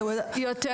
אז כן.